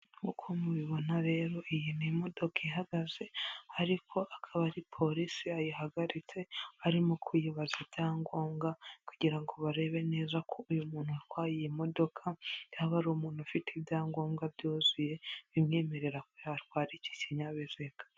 Nk'uko mubibona rero iyi ni imodoka ihagaze ariko akaba ari polisi yayihagaritse arimo kwiyibaza ibyangombwa kugira ngo barebe neza ko uyu muntu yatwaye iyi modoka yaba ari umuntu ufite ibyangombwa byuzuye bimwemerera kuba yatwara iki kinyabiziga.